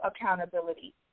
accountability